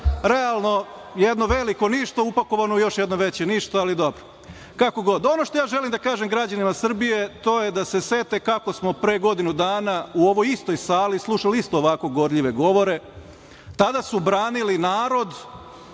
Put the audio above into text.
Realno, jedno veliko ništa upakovano u još jedno veće ništa, ali dobro. Ono što ja želim da kažem građanima Srbije to je da se sete kako smo pre godinu dana u ovoj istoj sali slušali isto ovako gorljive govore. Tada su branili narod